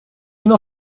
mail